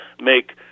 make